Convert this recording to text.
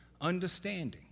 understanding